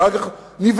שאחר כך נבלמה.